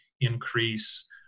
increase